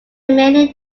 remained